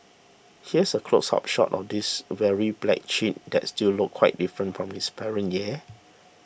here's a close up shot of this weary black chick that still looked quite different from its parent yeah